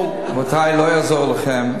רבותי, לא יעזור לכם.